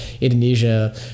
Indonesia